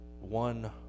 one